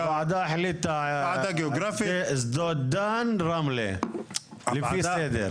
הוועדה החליטה, שדות דן, רמלה, לפי סדר.